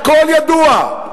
הכול ידוע.